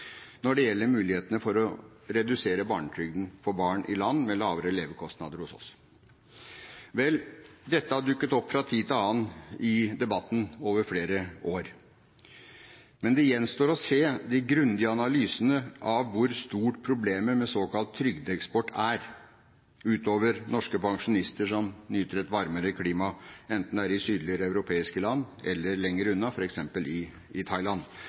når det gjelder mulighetene for å redusere barnetrygden for barn i land med lavere levekostnader enn hos oss. Vel, dette har dukket opp fra tid til annen i debatten over flere år. Men det gjenstår å se de grundige analysene av hvor stort problemet med såkalt trygdeeksport er – utover norske pensjonister som nyter et varmere klima, enten det er i sydligere europeiske land eller lenger unna, f.eks. i